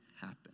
happen